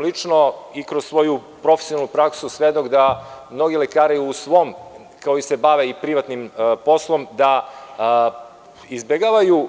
Lično sam i kroz svoju profesionalnu praksu svedok da mnogi lekari, koji se bave i privatnim poslom, da izbegavaju